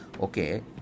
Okay